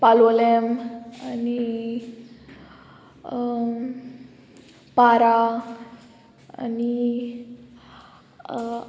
पालोलें आनी पारा आनी